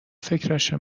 فکرشو